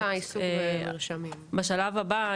בשלב הבא,